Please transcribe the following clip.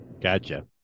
Gotcha